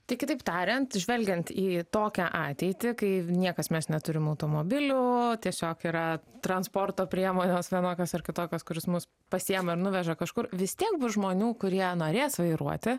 tai kitaip tariant žvelgiant į tokią ateitį kai niekas mes neturim automobilių tiesiog yra transporto priemonės vienokios ar kitokios kurios mus pasiima ir nuveža kažkur vis tiek bus žmonių kurie norės vairuoti